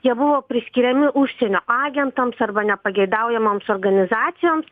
jie buvo priskiriami užsienio agentams arba nepageidaujamoms organizacijoms